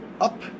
up